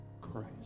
Christ